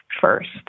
first